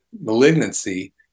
malignancy